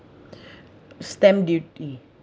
stamp duty